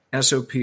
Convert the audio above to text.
sop